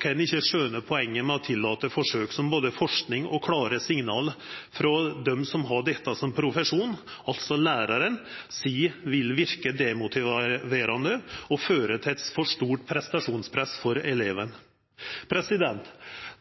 kan jeg ikke skjønne poenget med å tillate forsøk som både forskning og klare signaler fra dem som har dette som profesjon, altså lærerne, sier vil virke demotiverende og føre til et for stort prestasjonspress på elevene.